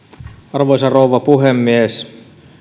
arvoisa rouva puhemies